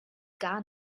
gar